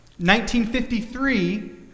1953